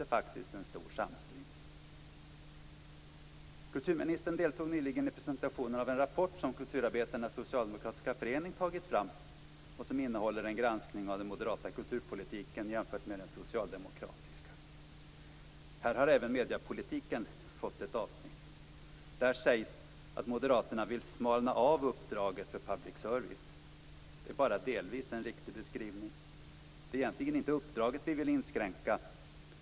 Kulturministern deltog nyligen i presentationen av en rapport som Kulturarbetarnas socialdemokratiska förening tagit fram och som innehåller en granskning av den moderata kulturpolitiken jämfört med den socialdemokratiska. Här har även mediepolitiken fått ett avsnitt. Där sägs att Moderaterna vill smalna av uppdraget för public service. Det är bara delvis en riktig beskrivning. Det är egentligen inte uppdraget vi vill inskränka.